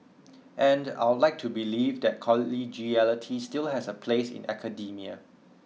and I'd like to believe that collegiality still has a place in academia